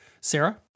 Sarah